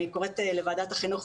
אני קוראת לוועדת החינוך,